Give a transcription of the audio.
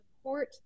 support